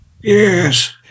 Yes